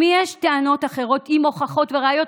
אם יש טענות אחרות עם הוכחות וראיות,